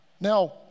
Now